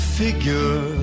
figure